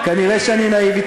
כנראה אני נאיבי.